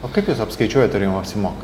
o kaip jūs apskaičiuojat ar jum apsimok